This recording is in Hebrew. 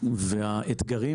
והאתגרים